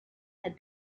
had